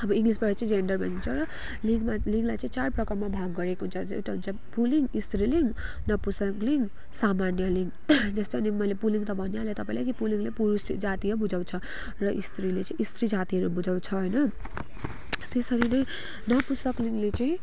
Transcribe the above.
अब इङ्लिसबाट चाहिँ जेन्डर भनिन्छ र लिङ्गमा लिङ्गलाई चाहिँ चार प्रकारमा भाग गरेको हुन्छ एउटा हुन्छ पुलिङ्ग स्त्रीलिङ्ग नपुंसकलिङ्ग सामान्यलिङ्ग जस्तो अनि मैले पुलिङ्ग त भनिहालेँ तपाईँलाई पुलिङ्गले पुरुष जातीय बुझाउँछ र स्त्रीलिङ्गले चाहिँ स्त्री जातिहरू बुझाउँछ होइन त्यसरी नै नपुंसकलिङ्गले चाहिँ